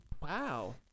Wow